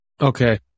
Okay